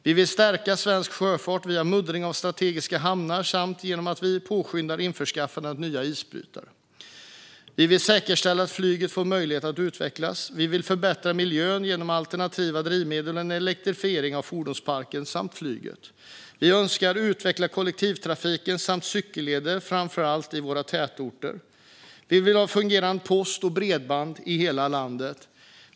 Vi vill stärka svensk sjöfart via muddring av strategiska hamnar och genom att vi påskyndar införskaffandet av nya isbrytare. Vi vill säkerställa att flyget får möjlighet att utvecklas. Vi vill förbättra miljön genom alternativa drivmedel och en elektrifiering av fordonsparken och flyget. Vi önskar utveckla kollektivtrafiken och cykellederna, framför allt i våra tätorter. Vi vill ha fungerande post och bredband i hela landet.